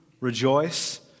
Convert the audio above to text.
rejoice